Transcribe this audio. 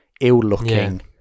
ill-looking